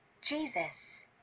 Jesus